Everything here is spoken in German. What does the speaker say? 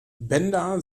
bandar